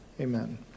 amen